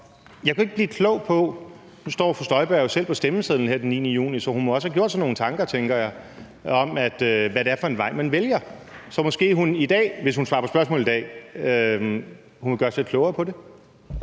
fru Inger Støjberg jo selv på stemmesedlen her den 9. juni, så hun må også have gjort sig nogle tanker, tænker jeg, om, hvad det er for en vej, man vælger. Så måske hun i dag, hvis hun svarer på spørgsmål i dag, vil gøre os lidt klogere på det.